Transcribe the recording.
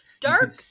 Dark